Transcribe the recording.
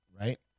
right